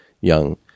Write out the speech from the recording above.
young